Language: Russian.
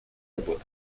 работу